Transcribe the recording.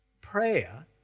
Prayer